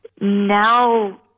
now